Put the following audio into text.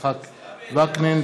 יצחק וקנין,